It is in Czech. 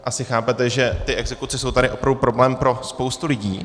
Asi chápete, že ty exekuce jsou tady opravdu problém pro spoustu lidí.